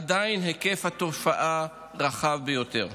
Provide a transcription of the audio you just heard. עדיין היקף התופעה רחב ביותר.